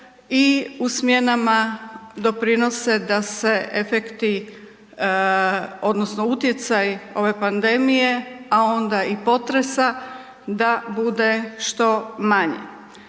i u smjenama doprinose da se efekti odnosno utjecaji ove pandemije, a onda i potresa, da bude što manji.